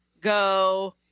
go